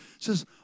says